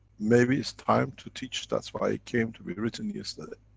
maybe it's time to teach. that's why it came to be written yesterday.